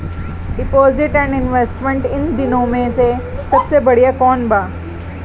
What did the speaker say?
Deposit and investment इन दुनो मे से सबसे बड़िया कौन बा?